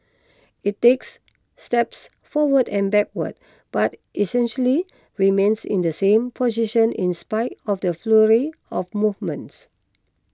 it takes steps forward and backward but essentially remains in the same position in spite of the flurry of movements